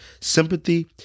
Sympathy